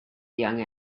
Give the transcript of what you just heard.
young